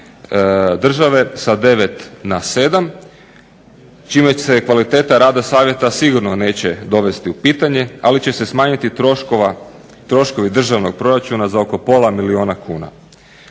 države sa 9 na 7 čime se kvaliteta rada savjeta sigurno neće dovesti u pitanje, ali će se smanjiti troškovi državnog proračuna za oko pola milijuna kuna.